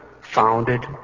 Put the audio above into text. founded